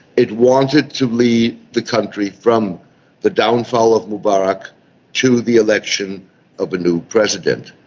it wanted to lead the country from the downfall of mubarak to the election of a new president,